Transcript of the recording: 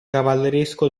cavalleresco